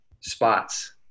spots